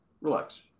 Relax